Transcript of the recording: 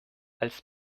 als